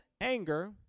anger